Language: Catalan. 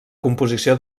composició